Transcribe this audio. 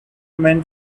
men